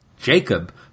Jacob